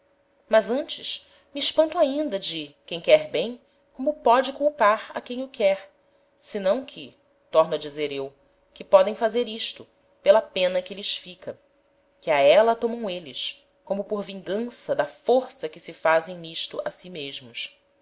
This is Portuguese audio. mas antes me espanto ainda de quem quer bem como póde culpar a quem o quer senão que torno a dizer eu que pódem fazer isto pela pena que lhes fica que a éla tomam êles como por vingança da força que se fazem n'isto a si mesmos